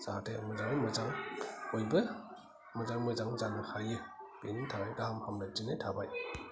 जाहाथे मोजाङै मोजां बयबो मोजाङै मोजां जानो हायो बेनि थाखाय गाहाम हामलायथिनाय थाबाय